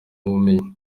ubumenyi